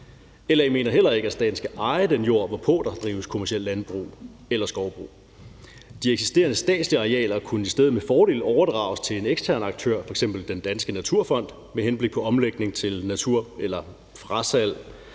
LA mener heller ikke, at staten skal eje jord, hvorpå der drives kommercielt landbrug eller skovbrug. De eksisterende statslige arealer kunne i stedet med fordel overdrages til en ekstern aktør, f.eks. Den Danske Naturfond, med henblik på omlægning til natur, frasalg